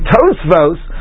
Tosvos